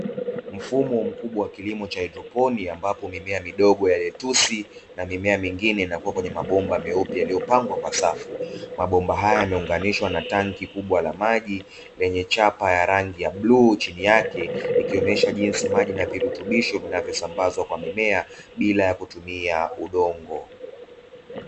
Mfumo mkubwa wa kilimo cha haidroponi, ambapo mimea midogo ya letusi na mimea mingine inakuwa kwenye mabomba meupe yaliyopangwa kwa safu. Mabomba haya yameunganishwa na tanki kubwa la maji lenye chapa ya rangi ya bluu chini yake, ikionyesha jinisi maji na virutubisho vinavyosambazwa kwa mimea bila ya kutumia udongo.